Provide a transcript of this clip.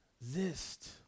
exist